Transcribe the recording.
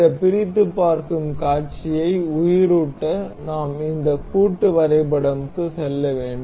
இந்த பிரித்துப் பார்க்கும் காட்சியை உயிரூட்ட நாம் இந்த கூட்டு வரைபடம்க்கு செல்ல வேண்டும்